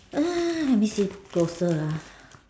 ah let me see closer ah